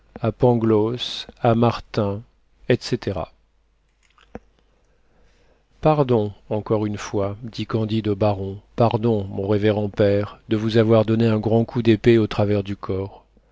pangloss à martin etc pardon encore une fois dit candide au baron pardon mon révérend père de vous avoir donné un grand coup d'épée au travers du corps